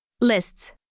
Lists